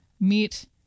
meet